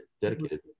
dedicated